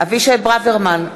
אבישי ברוורמן,